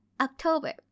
October